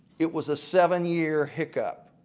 it was a seven-year hiccup.